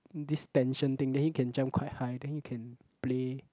this tension thing then you can jump quite high then you can play